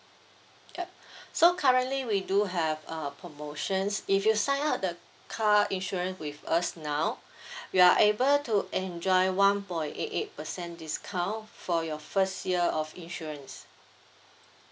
yup so currently we do have uh promotions if you sign up the car insurance with us now we are able to enjoy one point eight eight percent discount for your first year of insurance